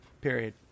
period